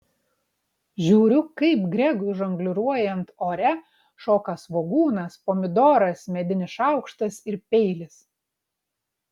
žiūriu kaip gregui žongliruojant ore šoka svogūnas pomidoras medinis šaukštas ir peilis